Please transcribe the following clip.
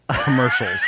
commercials